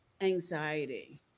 anxiety